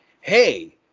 hey